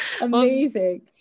amazing